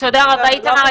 תודה רבה, איתמר.